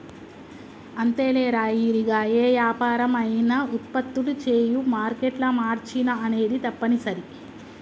అంతేలేరా ఇరిగా ఏ యాపరం అయినా ఉత్పత్తులు చేయు మారేట్ల మార్చిన అనేది తప్పనిసరి